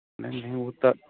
ਨਹੀਂ ਨਹੀਂ ਉਹ ਤਾਂ